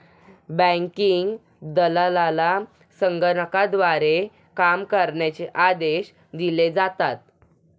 banking दलालाला संगणकाद्वारे काम करण्याचे आदेश दिले जातात